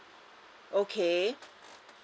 okay